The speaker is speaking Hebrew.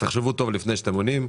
תחשבו טוב לפני שאתם עונים.